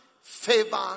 favor